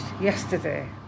yesterday